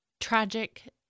Tragic